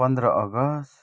पन्ध्र अगस्त